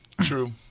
True